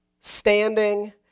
standing